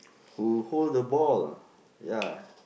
who hold the ball ya